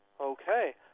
Okay